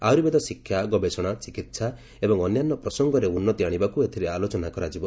ଆୟୁର୍ବେଦ ଶିକ୍ଷା ଗବେଷଣା ଚିକିହା ଏବଂ ଅନ୍ୟାନ୍ୟ ପ୍ରସଙ୍ଗରେ ଉନ୍ନତି ଆଶିବାକୁ ଏଥିରେ ଆଲୋଚନା କରାଯିବ